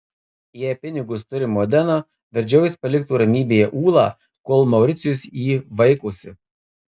jei pinigus turi modena verčiau jis paliktų ramybėje ulą kol mauricijus jį vaikosi